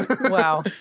Wow